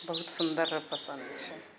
बहुत सुन्दर रऽ पसन्द छै